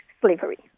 slavery